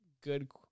good